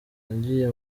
nagiye